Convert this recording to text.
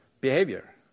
behavior